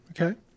Okay